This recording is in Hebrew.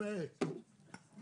אני